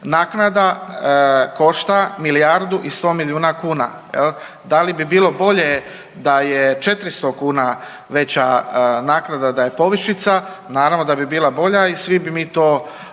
naknada košta milijardu i 100 milijuna kuna jel. Da li bi bilo bolje da je 400 kuna veća naknada, da je povišica, naravno da bi bila bolja i svi bi mi to